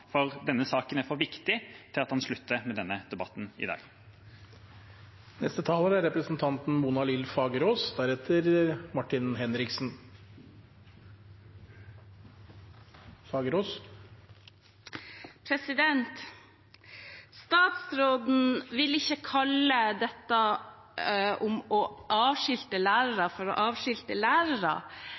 for denne saken er for viktig til at den slutter med denne debatten i dag. Statsråden vil ikke kalle det å avskilte lærere for å avskilte lærere.